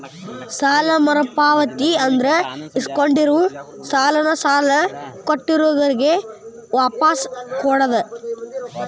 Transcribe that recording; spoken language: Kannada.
ಸಾಲ ಮರುಪಾವತಿ ಅಂದ್ರ ಇಸ್ಕೊಂಡಿರೋ ಸಾಲಾನ ಸಾಲ ಕೊಟ್ಟಿರೋರ್ಗೆ ವಾಪಾಸ್ ಕೊಡೋದ್